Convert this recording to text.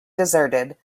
deserted